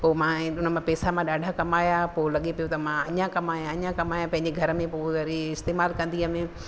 पोइ मां इन पेसा मां ॾाढा कमाया पोइ लॻे पियो त मां ईअं कमाया अञा कमाया पंहिंजे घर में पोइ वरी इस्तेमालु कंदी हुअमि